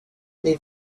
les